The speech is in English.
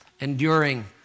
enduring